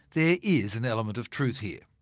there is an element of truth here.